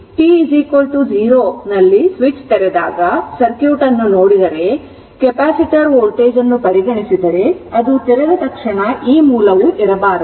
t 0 ನಲ್ಲಿ switch ತೆರೆದಾಗ circuit ಅನ್ನು ನೋಡಿದರೆ ಕೆಪಾಸಿಟರ್ ವೋಲ್ಟೇಜ್ ಅನ್ನು ಪರಿಗಣಿಸಿದರೆ ಅದು ತೆರೆದ ತಕ್ಷಣ ಈ ವೋಲ್ಟೇಜ್ ಮೂಲವು ಇರಬಾರದು